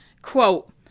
Quote